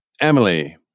Emily